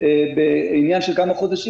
ובעניין של כמה חודשים,